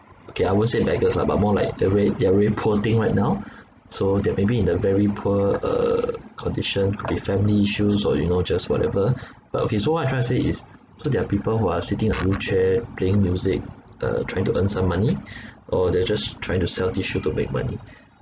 okay I won't say beggars lah but more like they're rea~ they're really poor thing right now so that maybe in a very poor uh condition could be family issues or you know just whatever but okay so what I'm trying to say is so there are people who are sitting on wheelchair playing music uh trying to earn some money or they're just trying to sell tissue to make money